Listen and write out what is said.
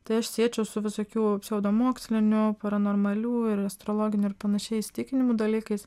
tai aš siečiau su visokių pseudomokslinių paranormalių ir astrologinių ir panašiai įsitikinimų dalykais